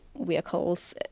vehicles